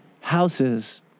houses